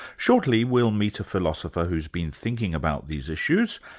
shortly we'll meet a philosopher who's been thinking about these issues,